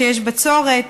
שיש בצורת.